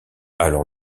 alors